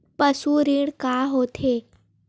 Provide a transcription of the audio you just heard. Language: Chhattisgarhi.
पशु ऋण का होथे?